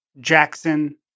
Jackson